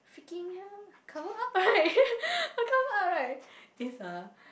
freaking hell cover up right I cover up right is a